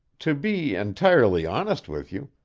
to be entirely honest with you,